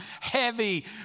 heavy